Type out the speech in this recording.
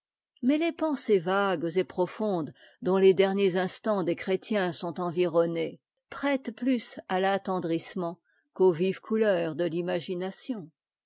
mais les pensées vagues et profondes dont les derniers instants des chrétiens sont environnés prêtent plus à fat tendrissement qu'aux vives couleurs de l'image